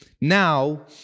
Now